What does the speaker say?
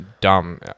Dumb